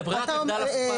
את ברירת המחדל ההפוכה.